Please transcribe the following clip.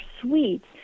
sweets